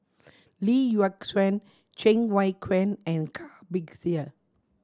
Lee Yock Suan Cheng Wai Keung and Car Bixia